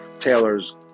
taylor's